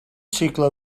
cicle